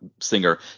singer